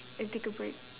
and take a break